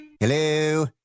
Hello